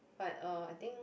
but uh I think